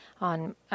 on